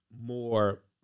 more